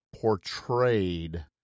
portrayed